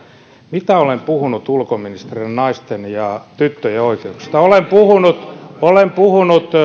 mitä olen puhunut ulkoministerinä naisten ja tyttöjen oikeuksista olen puhunut olen puhunut